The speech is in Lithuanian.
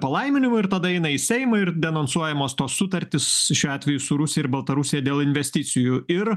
palaiminimo ir tada eina į seimą ir denonsuojamos tos sutartys šiuo atveju su rusija ir baltarusija dėl investicijų ir